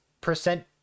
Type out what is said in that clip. percent